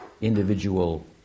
individual